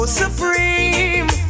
supreme